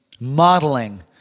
modeling